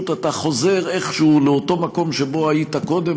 אתה חוזר איכשהו לאותו מקום שבו היית קודם,